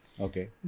Okay